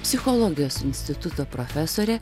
psichologijos instituto profesore